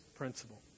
principle